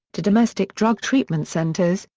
to domestic drug treatment centers,